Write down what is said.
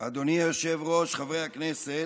היושב-ראש, חברי הכנסת,